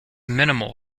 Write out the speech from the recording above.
minimal